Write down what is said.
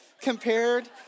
compared